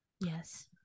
Yes